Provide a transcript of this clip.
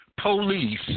police